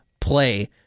play